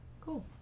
Cool